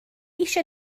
eisiau